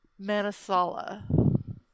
Manasala